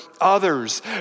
others